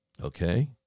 okay